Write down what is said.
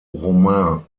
roman